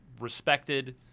respected